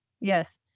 Yes